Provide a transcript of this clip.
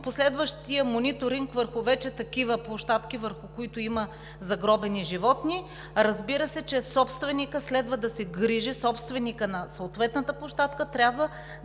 последващия мониторинг върху площадки, на които има загробени животни, разбира се, че собственикът следва да се грижи. Собственикът на съответната площадка трябва да